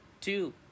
two